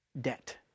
debt